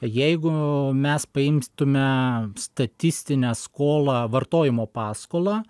jeigu mes paimtume statistinę skolą vartojimo paskolą